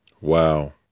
Wow